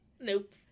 nope